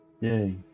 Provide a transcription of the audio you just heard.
Yay